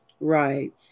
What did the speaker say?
Right